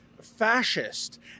fascist